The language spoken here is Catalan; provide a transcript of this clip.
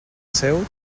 seu